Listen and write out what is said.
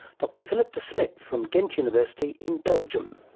dr philippe de smedt from ghent university in belgium.